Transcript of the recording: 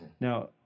Now